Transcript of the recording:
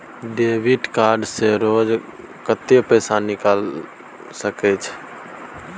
Debit card से रोज कत्ते पैसा निकाल सके छिये?